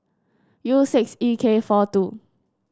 U six E K four two